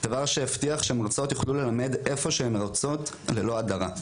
דבר שהבטיח שמרצות יוכלו ללמד איפה שהן רוצות ללא הדרה.